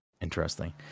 Interesting